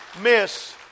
miss